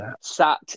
sat